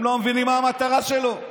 הם לא מבינים מה המטרה שלו.